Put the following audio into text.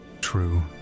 true